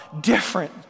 different